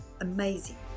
amazing